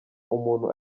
umuntu